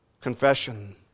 Confession